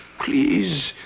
Please